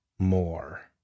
More